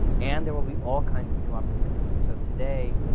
and there will be all kinds of new opportunities. so, today,